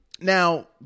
now